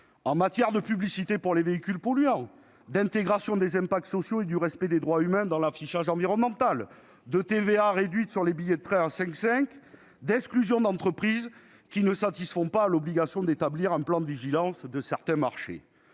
initial : publicité pour les véhicules polluants, intégration des impacts sociaux et du respect des droits humains dans l'affichage environnemental, réduction de la TVA sur les billets de train à 5,5 % et exclusion d'entreprises qui ne satisfont pas à l'obligation d'établir un plan de vigilance de certains marchés.